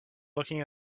looking